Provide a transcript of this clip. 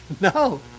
No